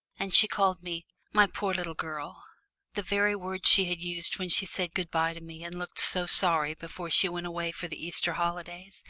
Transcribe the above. and she called me my poor little girl the very words she had used when she said good-bye to me and looked so sorry before she went away for the easter holidays,